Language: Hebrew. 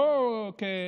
לא כדי